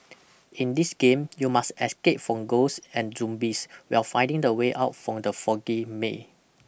in this game you must escape from ghosts and zumbieswhile finding the way out from the foggy may